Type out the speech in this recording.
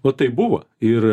va taip buvo ir